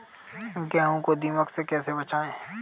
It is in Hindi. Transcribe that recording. गेहूँ को दीमक से कैसे बचाएँ?